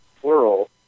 plural